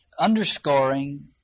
Underscoring